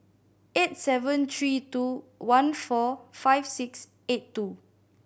eight seven three two one four five six eight two